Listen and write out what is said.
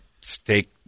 steak